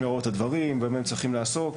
להיראות הדברים ובמה הם צריכים לעסוק,